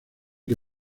que